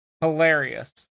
Hilarious